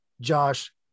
Josh